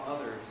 others